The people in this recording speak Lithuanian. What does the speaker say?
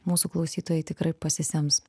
mūsų klausytojai tikrai pasisems